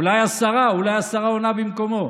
אולי השרה, אולי השרה עונה במקומו.